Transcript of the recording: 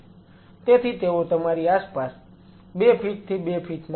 તેથી તેઓ તમારી આસપાસ 2 ફીટ થી 2 ફીટ માં હશે